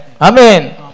Amen